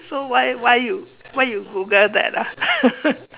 so why why you why you Google that ah